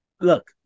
look